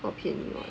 not 便宜